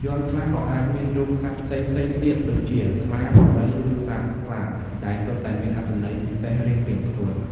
យ័ន្តខ្លះក៏អាចមានរូបសត្វផ្សេងៗទៀត ដូចជាខ្លា ដំរី ឬសត្វស្លាប ដែលសុទ្ធតែមានអត្ថន័យពិសេសរៀងៗខ្លួន។